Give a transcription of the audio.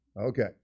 Okay